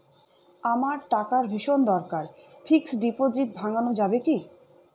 আমার টাকার ভীষণ দরকার ফিক্সট ডিপোজিট ভাঙ্গানো যাবে কি?